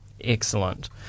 Excellent